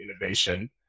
innovation